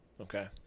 okay